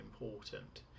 important